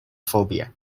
phobia